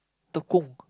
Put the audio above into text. Tekong